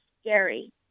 scary